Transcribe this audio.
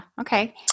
Okay